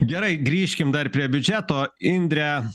gerai grįžkim dar prie biudžeto indre